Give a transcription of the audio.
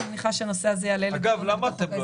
עד שהיא מחפשת, תמשיכי --- בסדר.